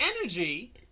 energy